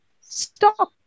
stop